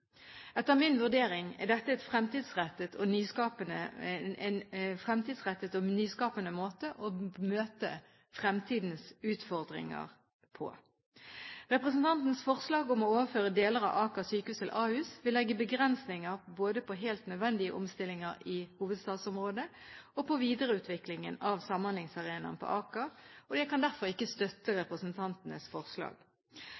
Etter min vurdering er dette en fremtidsrettet og nyskapende måte å møte fremtidens utfordringer på. Representantenes forslag om å overføre deler av Aker sykehus til Ahus vil legge begrensninger både på helt nødvendige omstillinger i hovedstadsområdet og på videreutviklingen av samhandlingsarenaen på Aker. Jeg kan derfor ikke støtte